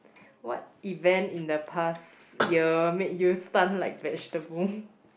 what event in the past year made you stunned like vegetable